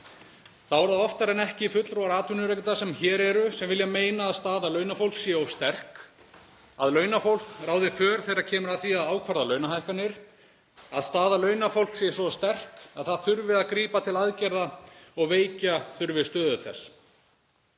það oftar en ekki fulltrúar atvinnurekenda sem hér eru sem vilja meina að staða launafólks sé of sterk, að launafólk ráði för þegar kemur að því að ákvarða launahækkanir, að staða launafólks sé svo sterk að það þurfi að grípa til aðgerða og að veikja þurfi stöðu þess.